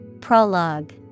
Prologue